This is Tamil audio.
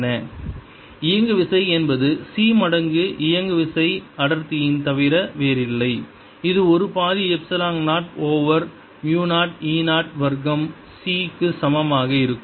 Momentum density|S|c2 |S|c2MLT 1L3 இயங்குவிசை என்பது c மடங்கு இயங்குவிசை அடர்த்தியின் தவிர வேறில்லை இது ஒரு பாதி எப்சிலான் 0 ஓவர் மு 0 e 0 வர்க்கம் ஓவர் c க்கு சமமாக இருக்கும்